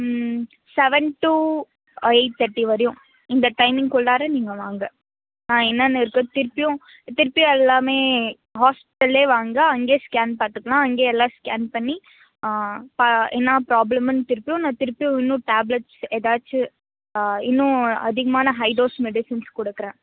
ம் seven to eight thirty வரையும் இந்த டைமிங் உள்ளாற நீங்கள் வாங்க நான் என்னென்ன இருக்குதுன்னு திரும்பியும் திரும்பியும் எல்லாமே ஹாஸ்டல்லே வாங்க அங்கேயே ஸ்கேன் பார்த்துக்குலாம் அங்கேயே எல்லா ஸ்கேன் பண்ணி பா என்ன ப்ராப்லமுன்னு திரும்பியும் நான் திரும்பியும் இன்னும் டேப்லெட்ஸ் ஏதாச்சி இன்னும் அதிகமான ஹை டோஸ் மெடிசன்ஸ் கொடுக்கறேன்